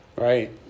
right